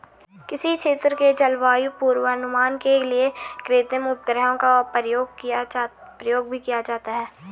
किसी क्षेत्र के जलवायु पूर्वानुमान के लिए कृत्रिम उपग्रहों का प्रयोग भी किया जाता है